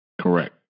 Correct